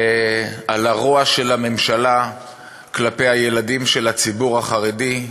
על הרוע של הממשלה כלפי הילדים של הציבור החרדי,